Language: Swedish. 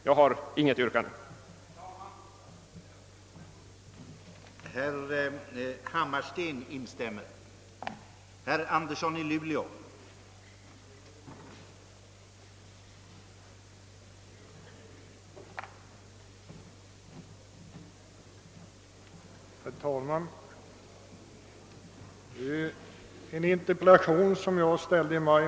Jag har alltså, herr talman, inget yrkande.